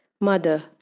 Mother